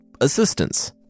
assistance